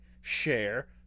share